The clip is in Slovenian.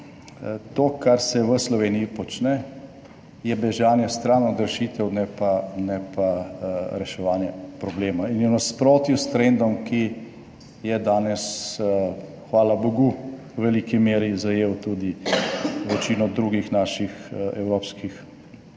to kar se v Sloveniji počne je bežanje stran od rešitev ne pa reševanje problema in je v nasprotju s trendom, ki je danes, hvala bogu v veliki meri zajel tudi večino drugih naših evropskih